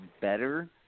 better